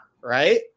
Right